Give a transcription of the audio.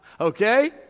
okay